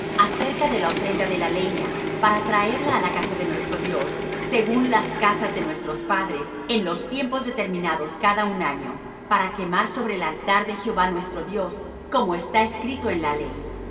acerca de la ofrenda de la leña para traerla á la casa de nuestro dios según las casas de nuestros padres en los tiempos determinados cada un año para quemar sobre el altar de jehová nuestro dios como está escrito en la ley